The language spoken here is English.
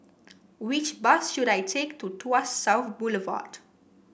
which bus should I take to Tuas South Boulevard